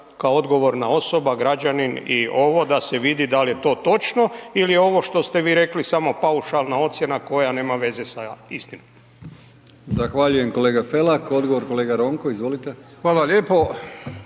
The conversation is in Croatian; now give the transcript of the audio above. kao odgovorna osoba, građanin i ovo da se vidi da li je to točno ili je ovo što ste vi rekli samo paušalna ocjena koja nema veze sa istinom. **Brkić, Milijan (HDZ)** Zahvaljujem kolega Felak. Odgovor kolega Ronko. Izvolite. **Ronko,